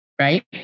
Right